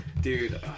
dude